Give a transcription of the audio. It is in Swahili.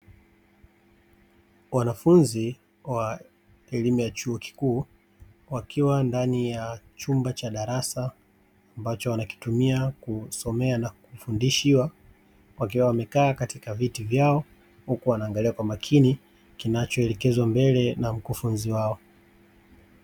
Wanafunzi wa elimu ya chuo kikuu wakiwa ndani ya chumba cha darasa ambacho wanakitumia kusomea na kufundishiwa, wakiwa wamekaa katika viti vyao huku wanaangalia kwa umakini kinachoelekezwa mbele na mkufunzi wao.